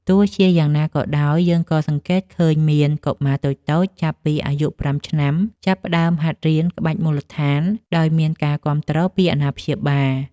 ទោះជាយ៉ាងណាក៏ដោយ យើងក៏សង្កេតឃើញមានកុមារតូចៗចាប់ពីអាយុ ៥ ឆ្នាំ ចាប់ផ្ដើមហាត់រៀនក្បាច់មូលដ្ឋានដោយមានការគាំទ្រពីអាណាព្យាបាល។